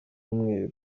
umweru